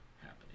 happening